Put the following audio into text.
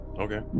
okay